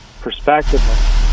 perspective